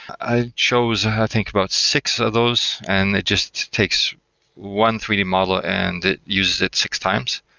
i chose i think about six of those and it just takes one three d model and it uses it six times.